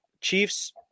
Chiefs